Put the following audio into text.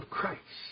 Christ